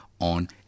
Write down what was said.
on